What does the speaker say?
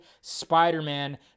Spider-Man